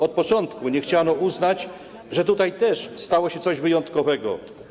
Od początku nie chciano uznać, że tutaj też stało się coś wyjątkowego.